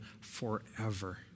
forever